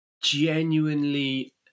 genuinely